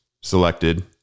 selected